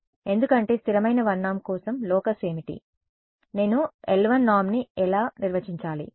ఎందుకంటే స్థిరమైన 1 నార్మ్ కోసం లోకస్ ఏమిటి నేను l1 నార్మ్ని ఎలా నిర్వచించాలి